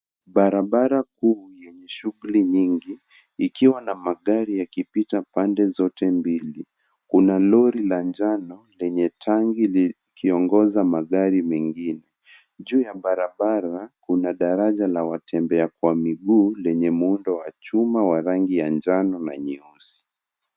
Barabara kuu yenye shughuli nyingi, ikiwa na magari yakipita pande zote mbili. Kuna lori la njano lenye tanki likiongoza magari mengine. Juu ya barabara, kuna daraja la watembea kwa miguu lenye muundo wa chuma wa rangi ya njano na nyeusi.